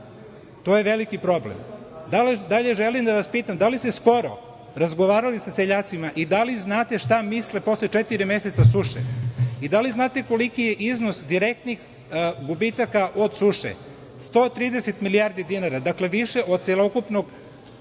To je veliki problem. Dalje, želim da vas pitam – da li ste skoro razgovarali sa seljacima i da li znate šta misle posle četiri meseca suše i da li znate koliki je iznos direktnih gubitaka od suše, 130 milijardi dinara. Dakle, više od celokupnog